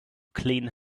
clean